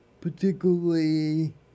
particularly